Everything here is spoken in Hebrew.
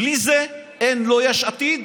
בלי זה אין יש עתיד